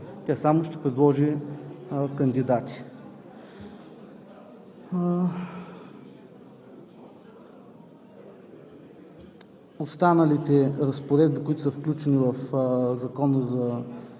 а само ще предложи кандидати. Останалите разпоредби, които са включени в Закона за